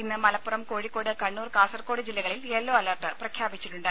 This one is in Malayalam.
ഇന്ന് മലപ്പുറം കോഴിക്കോട് കണ്ണൂർ കാസർകോട് ജില്ലകളിൽ യെല്ലോ അലർട്ട് പ്രഖ്യാപിച്ചിട്ടുണ്ട്